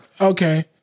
Okay